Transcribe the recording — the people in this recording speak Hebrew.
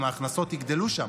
אם ההכנסות יגדלו שם,